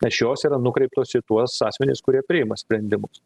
nes šios yra nukreiptos į tuos asmenis kurie priima sprendimus